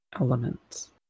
elements